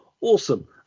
awesome